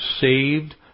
saved